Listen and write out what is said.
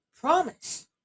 promise